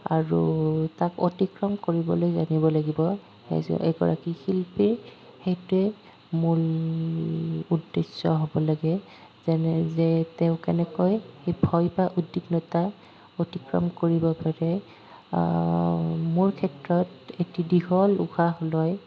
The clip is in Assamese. আৰু তাক অতিক্ৰম কৰিবলৈ জানিব লাগিব এজ এগৰাকী শিল্পীৰ সেইটোৱেই মূল উদ্দেশ্য হ'ব লাগে যেনে যে তেওঁ কেনেকৈ সেই ভয় বা উদ্বিগ্নতা অতিক্ৰম কৰিব পাৰে মোৰ ক্ষেত্ৰত এটি দীঘল উশাহ লৈ